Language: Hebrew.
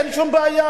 אין שום בעיה.